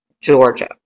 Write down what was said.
Georgia